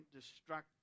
destructive